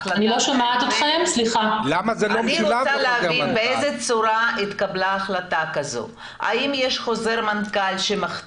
החלטה --- למה זה לא משולב בחוזר מנכ"ל?